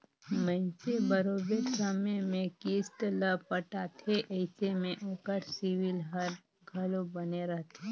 मइनसे बरोबेर समे में किस्त ल पटाथे अइसे में ओकर सिविल हर घलो बने रहथे